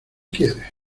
quieres